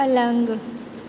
पलङ्ग